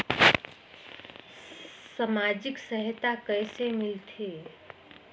समाजिक सहायता कइसे मिलथे?